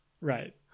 right